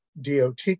DOT